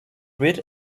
rid